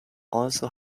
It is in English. also